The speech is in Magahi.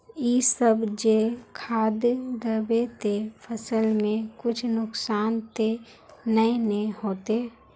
इ सब जे खाद दबे ते फसल में कुछ नुकसान ते नय ने होते